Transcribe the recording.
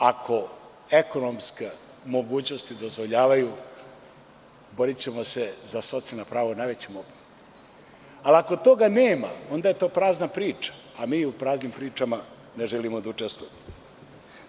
Ako ekonomske mogućnosti dozvoljavaju borićemo se za socijalna prava u najvećem obimu, ali ako toga nema onda je to prazna priča a mi u praznim pričama ne želimo da učestvujemo.